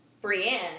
Brienne